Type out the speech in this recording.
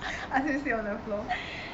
ask him sleep on the floor